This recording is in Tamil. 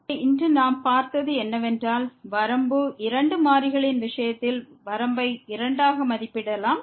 எனவே இன்று நாம் பார்த்தது என்னவென்றால் வரம்பு இரண்டு மாறிகளின் விஷயத்தில் வரம்பை இரண்டாக மதிப்பிடலாம்